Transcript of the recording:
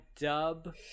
dub